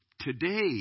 Today